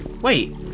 wait